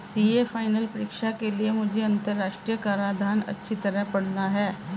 CA final परीक्षा के लिए मुझे अंतरराष्ट्रीय कराधान अच्छी तरह पड़ना है